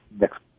next